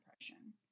depression